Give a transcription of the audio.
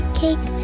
cake